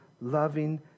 Loving